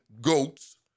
goats